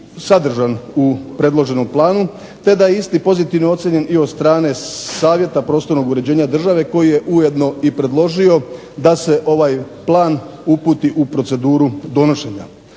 sadržan u predloženom planu te da je isti pozitivno ocijenjen i od strane Savjeta prostornog uređenja države koji je ujedno i predložio da se ovaj plan uputi u proceduru donošenja.